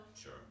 Sure